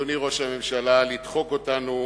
אדוני ראש הממשלה, לדחוק אותנו